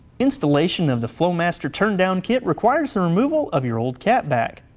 installation of the flowmaster turndown kit requires the removal of your old catback.